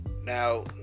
Now